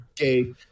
Okay